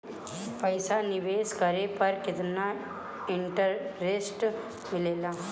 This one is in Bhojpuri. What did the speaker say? पईसा निवेश करे पर केतना इंटरेस्ट मिलेला?